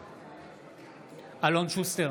בעד אלון שוסטר,